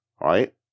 right